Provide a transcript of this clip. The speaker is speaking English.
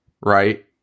right